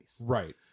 Right